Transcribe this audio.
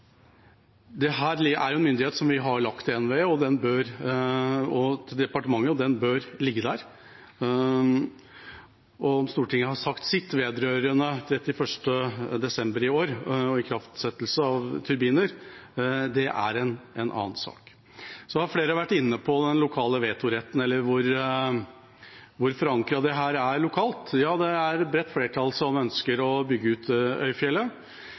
departementet, og den bør ligge der. Om Stortinget har sagt sitt vedrørende 31. desember i år og idriftsettelse av turbiner, det er en annen sak. Flere har vært inne på den lokale vetoretten eller hvor forankret dette er lokalt. Ja, det er et bredt flertall som ønsker å bygge ut Øyfjellet,